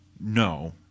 No